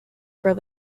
for